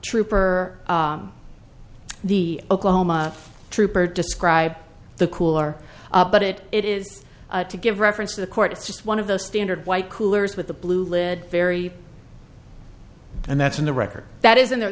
trooper or the oklahoma trooper describe the cooler but it it is to give reference to the court it's just one of those standard white coolers with the blue lid very and that's in the record that is in there